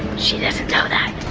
she doesn't know that.